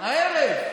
הערב.